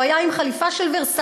הוא היה עם חליפה של ורסצ'ה,